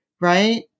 Right